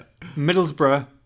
Middlesbrough